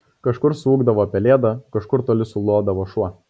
kažkur suūkdavo pelėda kažkur toli sulodavo šuo